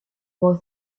boy